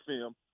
film